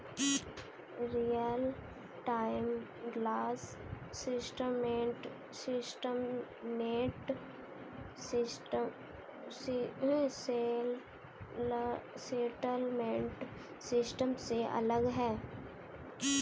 real time gross settlement system net settlement system से अलग है